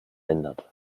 ändert